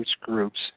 groups